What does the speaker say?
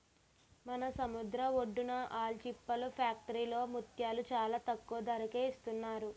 మన సముద్రం ఒడ్డున ఆల్చిప్పల ఫ్యాక్టరీలో ముత్యాలు చాలా తక్కువ ధరకే ఇస్తున్నారు